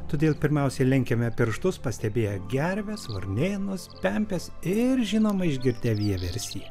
todėl pirmiausia lenkiame pirštus pastebėję gerves varnėnus pempes ir žinoma išgirdę vieversį